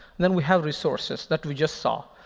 then we have resources that we just saw,